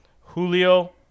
Julio